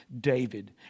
David